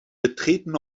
betreten